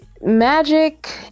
magic